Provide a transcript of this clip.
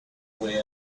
wind